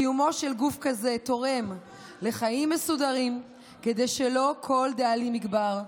קיומו של גוף כזה תורם לחיים מסודרים כדי שלא כל דאלים יגבר,